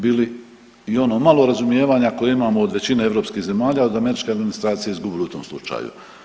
Bi li i ono malo razumijevanja koje imamo od većine europskih zemalja, al da američka administracija izgubi u tom slučaju.